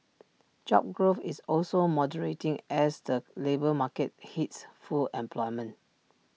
job growth is also moderating as the labour market hits full employment